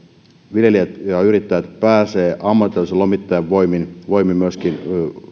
viljelijät ja yrittäjät pääsevät ammattitaitoisen lomittajan voimin myöskin